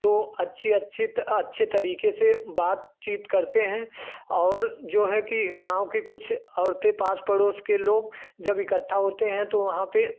तो अच्छी अच्छी त अच्छे तरीके से बातचीत करते हैं और जो है कि गाँव की कुछ औरतें पास पड़ोस के लोग जब इकट्ठा होते हैं तो वहाँ पर